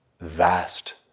vast